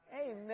Amen